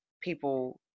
people